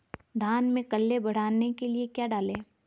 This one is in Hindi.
धान में कल्ले बढ़ाने के लिए क्या डालें?